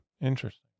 Interesting